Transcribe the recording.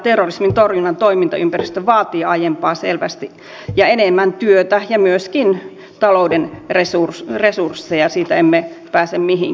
terrorismin torjunnan toimintaympäristö vaatii aiempaa selvästi enemmän työtä ja myöskin talouden resursseja siitä emme pääse mihinkään